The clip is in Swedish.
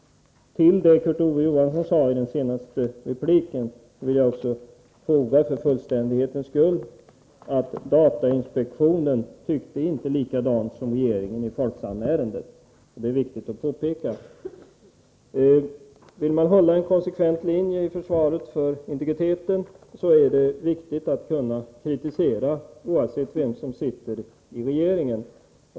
Till det Kurt Ove Johansson sade i den senaste repliken vill jag för fullständighetens skull foga att datainspektionen inte tyckte likadant som regeringen i Folksamärendet. Det är viktigt att påpeka. För att hålla en konsekvent linje i försvaret av integriteten är det viktigt att kunna framföra kritik, vilka som än sitter i regeringen.